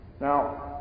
Now